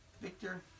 Victor